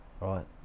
right